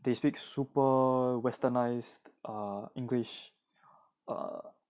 they speak super westernized err english err